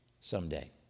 someday